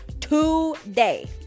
today